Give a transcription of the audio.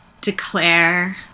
declare